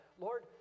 lord